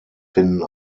finden